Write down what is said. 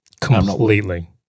Completely